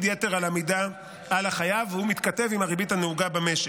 יתר על המידה על החייב ומתכתב עם הריבית הנהוגה במשק.